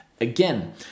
Again